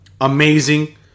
amazing